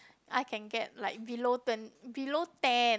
I can get like below twen~ below ten